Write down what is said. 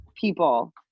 people